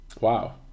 wow